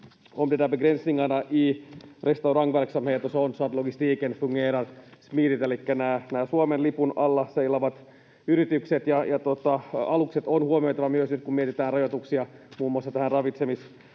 Suomen lipun alla seilaavat yritykset ja alukset on huomioitava myös nyt, kun mietitään rajoituksia muun muassa tähän